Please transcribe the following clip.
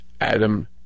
Adam